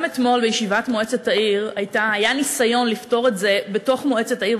גם אתמול בישיבת מועצת העיר היה ניסיון לפתור את זה בתוך מועצת העיר,